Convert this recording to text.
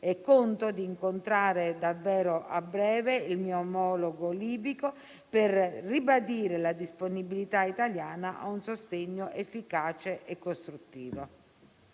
Conto di incontrare davvero a breve il mio omologo libico per ribadire la disponibilità italiana a un sostegno efficace e costruttivo.